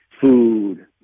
food